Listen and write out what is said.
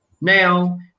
Now